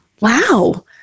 wow